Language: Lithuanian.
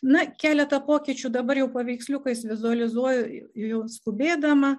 na keletą pokyčių dabar jau paveiksliukais vizualizuoju jau skubėdama